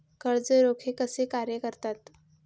कर्ज रोखे कसे कार्य करतात?